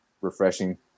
refreshing